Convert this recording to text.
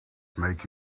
make